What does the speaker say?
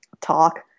talk